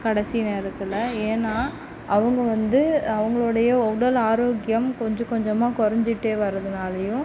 கடைசி நேரத்தில் ஏன்னா அவங்க வந்து அவங்களோடைய உடல் ஆரோக்கியம் கொஞ்சம் கொஞ்சமாக குறைஞ்சிட்டே வரதுனாலயும்